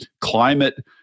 climate